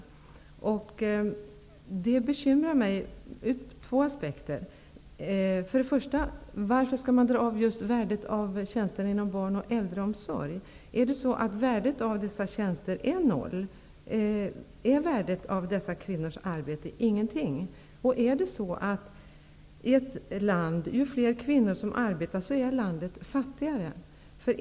Manipulerandet bekymrar mig ur två aspekter. Varför skall man dra av just värdet för tjänster inom barn och äldreomsorg? Är värdet av dessa tjänster lika med noll? Är värdet av dessa kvinnors arbete ingenting? Är det så, att ju fler kvinnor som arbetar i ett land desto fattigare är landet?